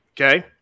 Okay